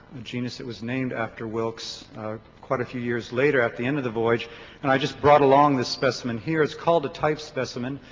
the genus it was named after wilkes quite a few years later at the end of the voyage and i just brought along this specimen here, it's called a type specimen.